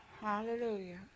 hallelujah